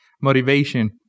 Motivation